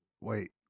Wait